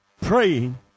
praying